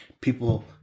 People